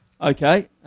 Okay